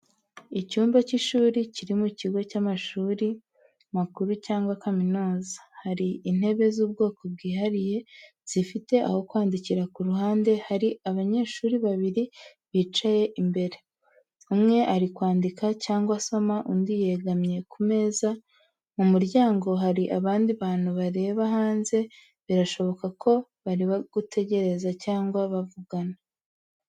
Icyumba cy’ishuri kiri mu kigo cy’amashuri makuru cyangwa kaminuza. hari intebe z’ubwoko bwihariye, zifite aho kwandikira ku ruhande hari abanyeshuri babiri bicaye imbere, umwe ari kwandika cyangwa asoma, undi yegamye ku meza. Mu muryango hari abandi bantu bareba hanze, birashoboka ko bari gutegereza cyangwa bavugana.